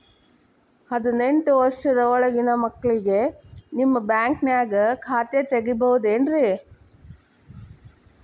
ಹದಿನೆಂಟು ವರ್ಷದ ಒಳಗಿನ ಮಕ್ಳಿಗೆ ನಿಮ್ಮ ಬ್ಯಾಂಕ್ದಾಗ ಖಾತೆ ತೆಗಿಬಹುದೆನ್ರಿ?